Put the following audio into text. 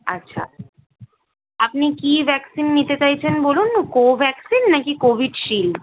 আচ্ছা আপনি কী ভ্যাকসিন নিতে চাইছেন বলুন কো ভ্যাকসিন নাকি কোভিশিল্ড